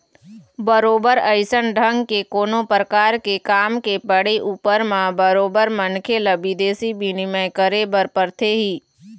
बरोबर अइसन ढंग के कोनो परकार के काम के पड़े ऊपर म बरोबर मनखे ल बिदेशी बिनिमय करे बर परथे ही